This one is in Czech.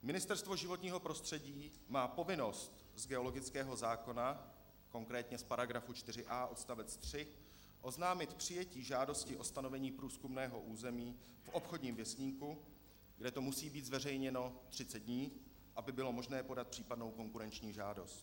Ministerstvo životního prostředí má povinnost z geologického zákona, konkrétně z § 4a odst. 3, oznámit přijetí žádosti o stanovení průzkumného území v Obchodním věstníku, kde to musí být zveřejněno třicet dní, aby bylo možné podat případnou konkurenční žádost.